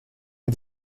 est